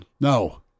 No